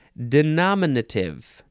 Denominative